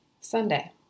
Sunday